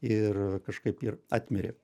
ir kažkaip ir atmirė